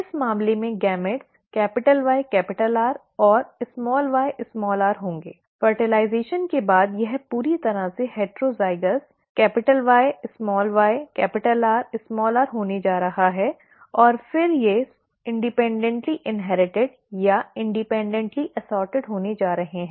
इस मामले में युग्मक YR और yr होंगे निषेचन के बाद यह पूरी तरह से हेटरोज़ाइगस YyRr होने जा रहा है और फिर वे स्वतंत्र रूप से इन्हेरिटिड या स्वतंत्र रूप से मिश्रित होने जा रहे हैं